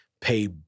pay